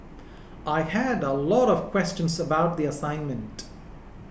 I had a lot of questions about the assignment